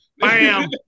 Bam